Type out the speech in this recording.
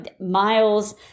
miles